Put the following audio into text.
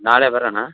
ನಾಳೆ ಬರೋಣಾ